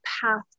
path